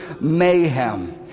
mayhem